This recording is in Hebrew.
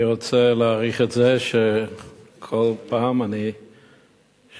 אני רוצה להעריך את זה שכל פעם אני זוכה